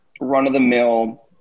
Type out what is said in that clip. run-of-the-mill –